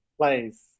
place